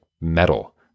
metal